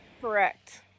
Correct